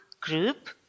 group